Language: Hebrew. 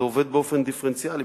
זה עובד באופן דיפרנציאלי,